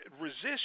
resist